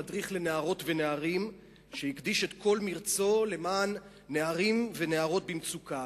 מדריך לנערות ונערים שהקדיש את כל מרצו למען נערים ונערות במצוקה.